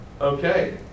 okay